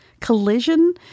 collision